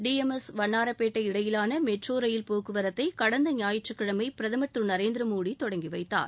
TMS Vannarapettai இடையிலான metro rail போக்குவரத்தை கடந்த ஞாயிற்றுக்கிழமை பிரதமர் திரு நரேந்திரமோடி தொடங்கி வைத்தார்